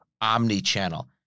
omni-channel